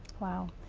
wow,